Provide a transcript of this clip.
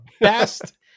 best